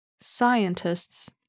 scientists